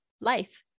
life